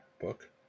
book